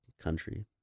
country